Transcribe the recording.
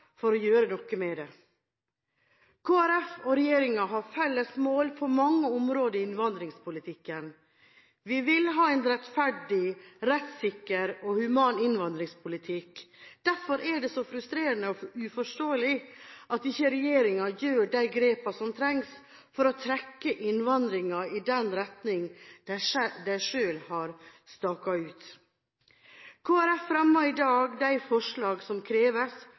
for å gjøre noe med det. Kristelig Folkeparti og regjeringen har felles mål på mange områder i innvandringspolitikken. Vi vil ha en rettferdig, rettssikker og human innvandringspolitikk. Derfor er det så frustrerende og uforståelig at regjeringen ikke tar de grepene som trengs for å trekke innvandringen i den retning de selv har staket ut. Kristelig Folkeparti fremmer i dag de forslag som kreves